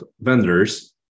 vendors